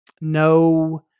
No